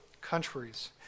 countries